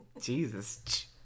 Jesus